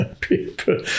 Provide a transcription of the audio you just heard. People